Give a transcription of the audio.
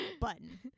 Button